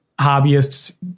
hobbyists